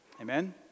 Amen